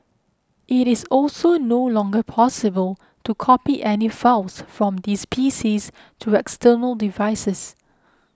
it is also no longer possible to copy any files from these PCs to external devices